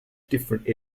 different